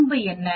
வரம்பு என்ன